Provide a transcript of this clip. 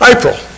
April